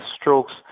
strokes